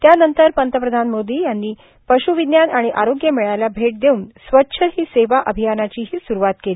त्यानंतर पंतप्रधान मोदी यांनी पश् विज्ञान आणि आरोग्य मेळ्याला भेट देऊन स्वच्छ ही सेवा अभियानाचीही सुरुवात केली